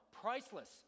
priceless